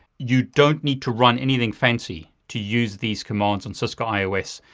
you don't need to run anything fancy to use these commands on cisco ios.